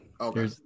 Okay